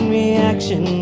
reaction